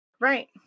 Right